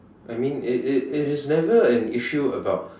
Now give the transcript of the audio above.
I mean it it it it is never an issue about